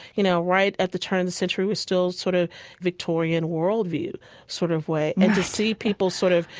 you know, right at the turn of the century. we're still sort of victorian worldview sort of way right and to see people sort of,